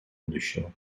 будущего